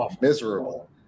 miserable